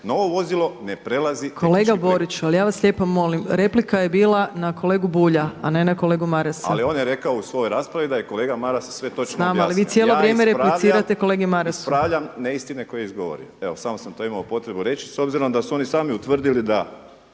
…/Upadica Opačić: Kolega Borić, ali ja vas lijepo molim replika je bila na kolegu Bulja, a ne na kolegu Marasa./… **Borić, Josip (HDZ)** Ali on je rekao u svojoj raspravi da je kolega Maras sve točno objasnio. Ja ispravljam neistine koje izgovori. Evo samo sam to imao potrebu reći s obzirom da su oni sami utvrdili da